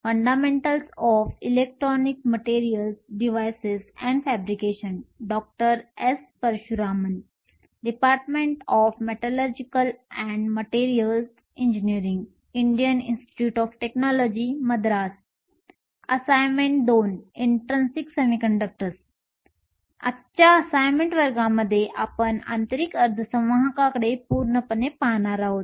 आजच्या असाइनमेंट वर्गामध्ये आपण आंतरिक अर्धसंवाहकांकडे पूर्णपणे पाहणार आहोत